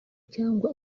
cyangwa